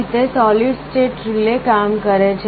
આ રીતે solid state relay કામ કરે છે